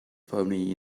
firmly